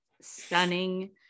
stunning